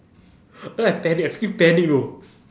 then I panic I freaking panic you know